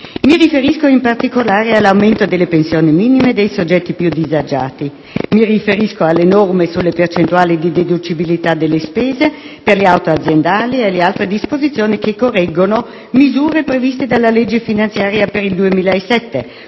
Mi riferisco, in particolare, all'aumento delle pensioni minime dei soggetti più disagiati, o alle norme sulle percentuali di deducibilità delle spese per le auto aziendali e ad altre disposizioni che correggono misure previste dalla legge finanziaria per il 2007